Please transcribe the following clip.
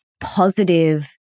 positive